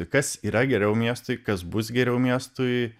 kas yra geriau miestui kas bus geriau miestui